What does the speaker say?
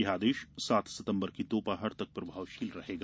यह आदेश सात सितंबर की दोपहर तक प्रभावशील रहेगा